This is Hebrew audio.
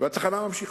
והצחנה ממשיכה.